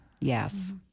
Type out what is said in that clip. yes